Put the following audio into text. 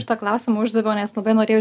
šitą klausimą uždaviau nes labai norėjau